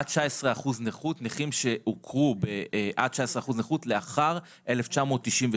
עד 19% נכות, נכים שהוכרו עד 19% נכות לאחר 1996,